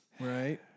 Right